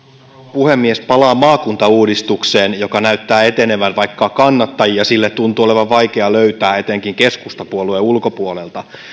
puhemies palaan maakuntauudistukseen joka näyttää etenevän vaikka kannattajia sille tuntuu olevan vaikea löytää etenkin keskustapuolueen ulkopuolelta